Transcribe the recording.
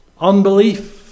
unbelief